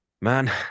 man